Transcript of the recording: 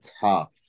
tough